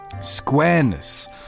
Squareness